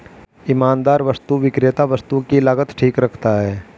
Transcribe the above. ईमानदार वस्तु विक्रेता वस्तु की लागत ठीक रखता है